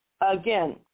again